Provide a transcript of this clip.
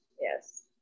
yes